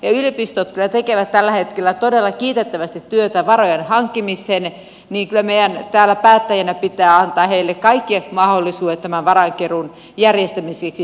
yliopistot kyllä tekevät tällä hetkellä todella kiitettävästi työtä varojen hankkimiseen joten kyllä meidän täällä päättäjinä pitää antaa heille kaikki mahdollisuudet tämän varainkeruun järjestämiseksi